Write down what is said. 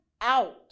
out